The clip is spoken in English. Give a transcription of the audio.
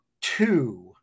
two